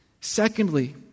Secondly